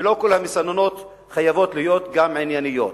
ולא כל המסננות חייבות להיות גם ענייניות.